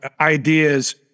ideas